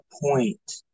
point